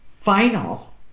final